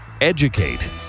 educate